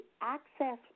access